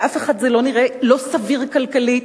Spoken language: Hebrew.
לאף אחד זה לא נראה לא סביר כלכלית,